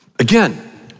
Again